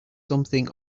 something